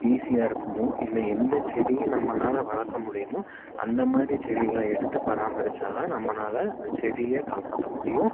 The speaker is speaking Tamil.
ஈஸியாக இருக்குமோ இல்லை எந்த செடி நம்மளால வளர்க்க முடியுமோ அந்த மாதிரி செடிகளை எடுத்து பராமரித்தாதான் நம்மனால் அந்த செடியை காப்பாற்ற முடியும்